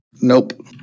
Nope